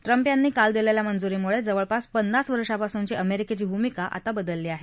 Trump यांनी काल दिलेल्या मंजुरीमुळे जवळपास पन्नास वर्षापासूनची अमेरिकेची भूमिका आता बदलली आहे